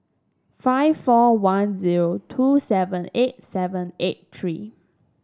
five four one zero two seven eight seven eight three